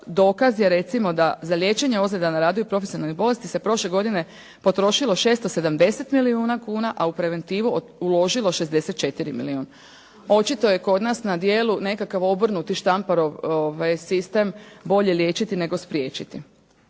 dokaz je recimo da za liječenje ozljeda na radu i profesionalnih bolesti se prošle godine potrošilo 670 milijuna kuna, a u preventivu uložilo 64 milijuna. Očito je kod nas na djelu nekakav obrnuti Štamparov sistem “bolje liječiti, nego spriječiti“.